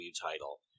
title